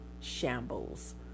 shambles